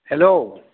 hello